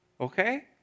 Okay